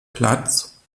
platz